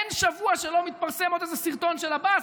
אין שבוע שלא מתפרסם עוד איזה סרטון של עבאס,